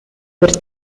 per